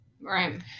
Right